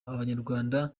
abanyarwanda